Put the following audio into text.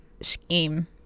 scheme